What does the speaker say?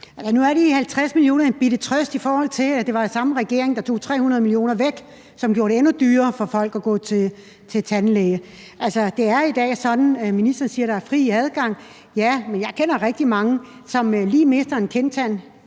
Nu er de 60 mio. kr. en bitte trøst, i forhold til at det var samme regering, der tog 300 mio. kr. væk fra området, hvilket gjorde det endnu dyrere for folk at gå til tandlægen. Ministeren siger, at der er fri adgang, ja, men jeg kender rigtig mange, som lige mister en kindtand